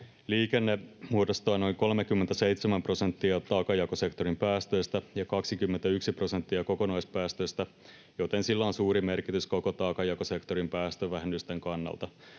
Liikenne muodostaa noin 37 prosenttia taakanjakosektorin päästöistä ja 21 prosenttia kokonaispäästöistä, joten sillä on suuri merkitys koko taakanjakosektorin päästövähennysten kannalta.